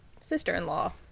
sister-in-law